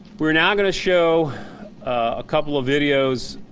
we're not going to show a couple of videos,